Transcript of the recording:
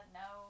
no